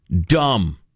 Dumb